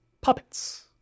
puppets